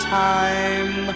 time